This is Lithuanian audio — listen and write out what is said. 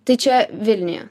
tai čia vilniuje